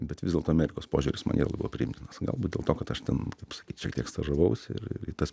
bet vis dėlto amerikos požiūris man yra labiau priimtinas galbūt dėl to kad aš ten taip sakyt šiek tiek stažavausi ir ir i tas